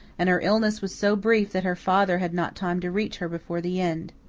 and her illness was so brief that her father had not time to reach her before the end.